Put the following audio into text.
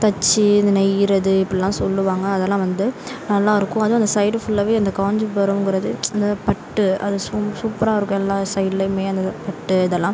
தெச்சி இந்த நெய்யிறது இப்படிலாம் சொல்லுவாங்க அதலாம் வந்து நல்லா இருக்கும் அதுவும் அந்த சைடு ஃபுல்லாகவே அந்த காஞ்சிபுரங்குறது அந்த பட்டு அது சூப்பராக இருக்கும் எல்லா சைட்லேயுமே அந்த பட்டு இதலாம்